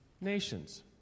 nations